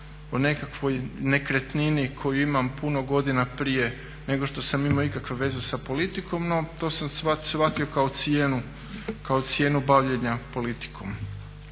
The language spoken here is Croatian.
o nekakvoj nekretnini koju imam puno godina prije nego što sam imao ikakve veze sa politikom, no to sam shvatio kao cijenu bavljenja politikom.